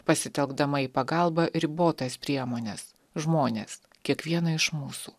pasitelkdama į pagalbą ribotas priemones žmones kiekvieną iš mūsų